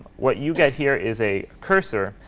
what you get here is a cursor,